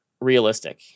realistic